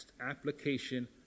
Application